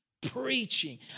preaching